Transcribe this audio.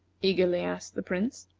eagerly asked the prince.